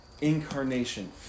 incarnation